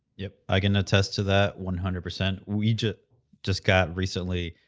yeah i can attest to that one hundred percent. we just just got recently,